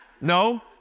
No